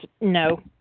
No